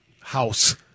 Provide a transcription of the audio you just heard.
house